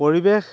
পৰিৱেশ